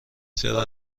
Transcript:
چرا